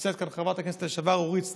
נמצאת כאן חברת הכנסת לשעבר אורית סטרוק,